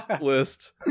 list